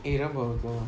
eh rabak [pe]